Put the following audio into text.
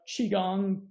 qigong